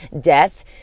death